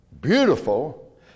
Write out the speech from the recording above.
beautiful